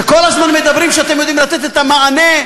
שכל הזמן אומרים שאתם יודעים לתת את המענה,